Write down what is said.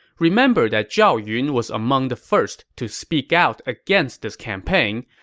remember that zhao yun was among the first to speak out against this campaign,